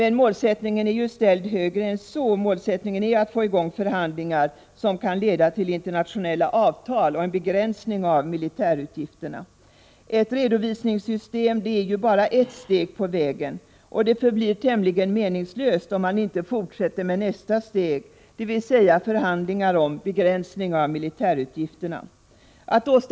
Målsättningen är dock ställd högre än så. Målsättningen är att få i gång förhandlingar som kan leda till internationella avtal och en begränsning av militärutgifterna. Ett redovisningssystem är bara ett steg på vägen, och det förblir tämligen meningslöst om man inte fortsätter med nästa steg, nämligen förhandlingar om begränsningar av militärutgifterna.